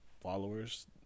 followers